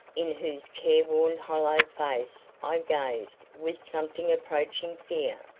in whose careworn hollow face i gazed with something approaching fear.